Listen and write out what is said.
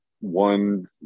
one